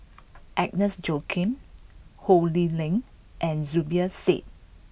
Agnes Joaquim Ho Lee Ling and Zubir Said